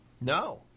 no